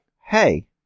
Hey